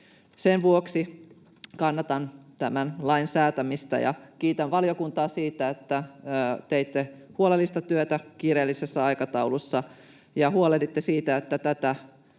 Sen vuoksi kannatan tämän lain säätämistä, ja kiitän valiokuntaa siitä, että teitte huolellista työtä kiireellisessä aikataulussa ja huolehditte siitä, että tätä